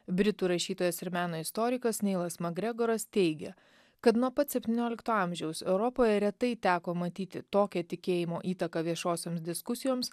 britų rašytojas ir meno istorikas neilas makgregoras teigia kad nuo pat septyniolikto amžiaus europoje retai teko matyti tokią tikėjimo įtaką viešosioms diskusijoms